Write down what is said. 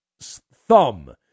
thumb